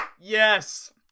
Yes